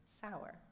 sour